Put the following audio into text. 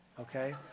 okay